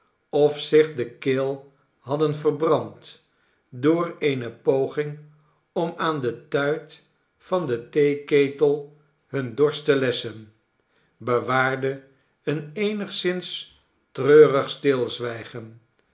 of zich de keel hadden verbrand door eene poging om aan de tuit van den theeketel hun dorst te lesschen bewaarde een eenigszins treurig stilzwijgen